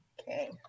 Okay